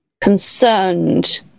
concerned